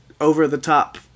over-the-top